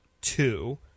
two